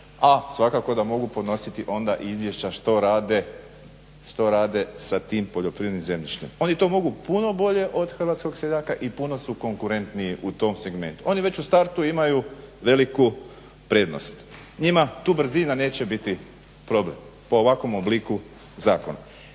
a svakako da mogu podnositi onda i izvješća što rade sa tim poljoprivrednim zemljištem. Oni to mogu puno bolje od hrvatskog seljaka i puno su konkurentniji u tom segmentu. Oni već u startu imaju veliku prednost. Njima tu brzina neće biti problem po ovakvom obliku zakona.